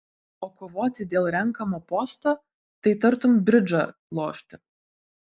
o kovoti dėl renkamo posto tai tartum bridžą lošti